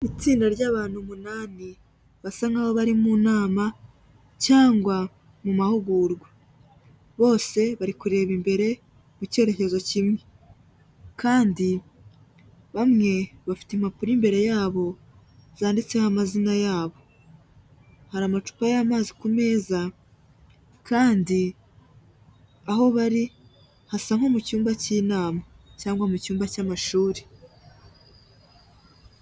Itsinda ry'abantu umunani basa nkaho bari mu nama cyangwa mu mahugurwa, bose bari kureba imbere mu cyerekezo kimwe kandi bamwe bafite impapuro imbere yabo zanditseho amazina yabo, hari amacupa y'amazi ku meza kandi aho bari hasa nko mu cyumba k'inama cyangwa mu cyumba cy'amashuri.